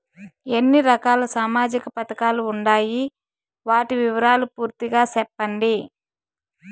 ఎన్ని రకాల సామాజిక పథకాలు ఉండాయి? వాటి వివరాలు పూర్తిగా సెప్పండి?